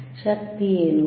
ಶಕ್ತಿ ಏನು